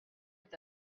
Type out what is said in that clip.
est